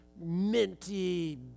minty